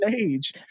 age